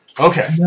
okay